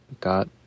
got